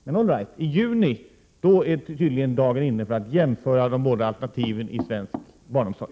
Men all right — i juni är tydligen dagen inne för att jämföra de båda alternativen i svensk barnomsorg.